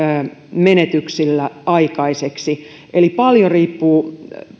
menetyksillä aikaiseksi eli paljon riippuu